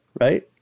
right